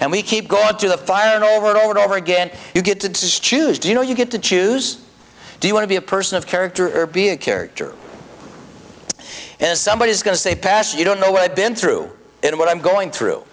and we keep going to the fire and over and over and over again you get to does choose do you know you get to choose do you want to be a person of character or be a character and somebody is going to say pastor you don't know what i've been through in what i'm going through